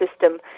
system